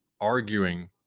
arguing